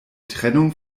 trennung